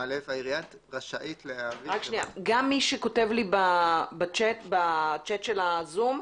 גם מי שכותב לי בצ'ט של הזום,